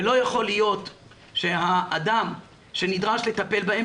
ולא יכול להיות שהאדם שנדרש לטפל בהם,